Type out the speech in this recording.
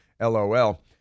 LOL